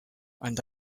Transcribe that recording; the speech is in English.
and